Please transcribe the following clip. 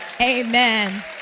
Amen